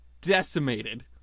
decimated